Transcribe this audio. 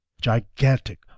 Gigantic